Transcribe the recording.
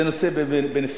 זה נושא נפרד.